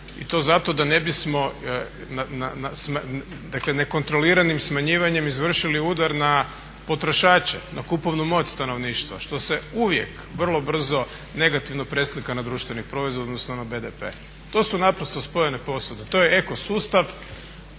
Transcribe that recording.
i to zato da ne bismo nekontroliranim smanjivanjem izvršili udar na potrošače, na kupovnu moć stanovništva što se uvijek vrlo brzo negativno preslika na društveni proizvod odnosno na BDP. To su naprosto spojene posude, to je eko sustav